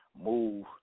move